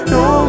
no